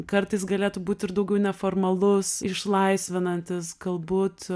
kartais galėtų būt ir daugiau neformalus išlaisvinantis galbūt